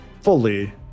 fully